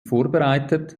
vorbereitet